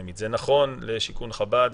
זה נכון לשיכון חב"ד,